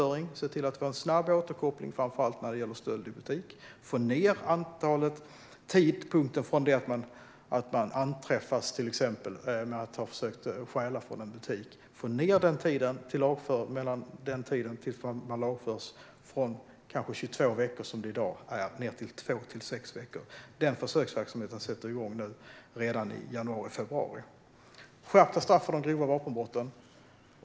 Det handlar om att se till att vi har en snabb återkoppling framför allt när det gäller stöld i butik så att vi får ned tiden från det att man anträffas till exempel med att ha försökt stjäla från en butik till att man lagförs från dagens kanske 22 veckor till 2 till 6 veckor. Den försöksverksamheten sätter igång redan i januari och februari. Det handlar om skärpta straff för de grova vapenbrotten.